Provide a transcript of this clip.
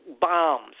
bombs